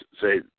say